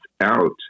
out